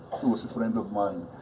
who is a friend of mine.